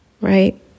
right